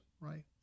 right